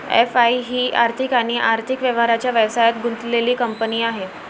FI ही आर्थिक आणि आर्थिक व्यवहारांच्या व्यवसायात गुंतलेली कंपनी आहे